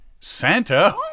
Santa